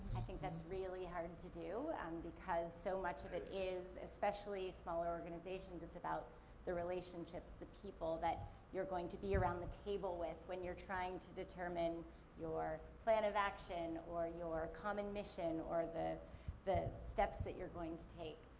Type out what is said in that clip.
i think that's really hard and to do and because so much of it is, especially smaller organizations, it's about the relationships, the people that you're going to be around the table with when you're trying to determine your plan of action or your common mission or the the steps that you're going to take.